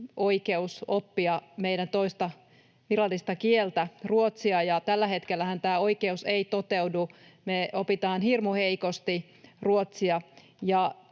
oikeus oppia meidän toista virallista kieltä ruotsia. Tällä hetkellähän tämä oikeus ei toteudu. Me opitaan hirmu heikosti ruotsia.